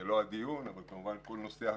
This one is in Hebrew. אמנם זה לא הדיון עכשיו, כל נושא הקורונה.